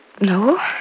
No